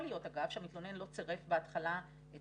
יכול להיות שהמתלונן לא צירף בהתחלה את